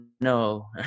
no